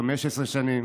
15 שנים.